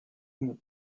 vous